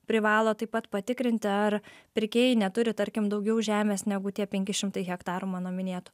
privalo taip pat patikrinti ar pirkėjai neturi tarkim daugiau žemės negu tie penki šimtai hektarų mano minėtų